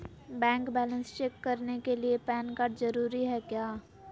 Bank balance check करने के लिए पैन कार्ड जरूरी है क्या?